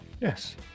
Yes